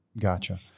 Gotcha